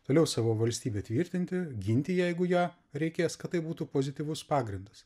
toliau savo valstybę tvirtinti ginti jeigu ją reikės kad tai būtų pozityvus pagrindas